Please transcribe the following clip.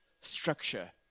structure